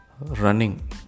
running